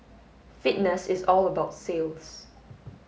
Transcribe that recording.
fitness is all about sales